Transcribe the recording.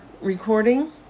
recording